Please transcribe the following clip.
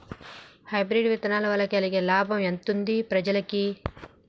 Hybrid విత్తనాల వలన కలిగే లాభం ఎంతుంది ప్రజలకి?